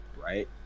Right